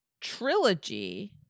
trilogy